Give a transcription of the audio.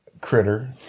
critter